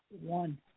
one